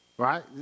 Right